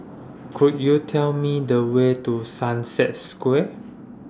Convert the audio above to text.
Could YOU Tell Me The Way to Sunset Square